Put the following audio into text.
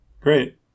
Great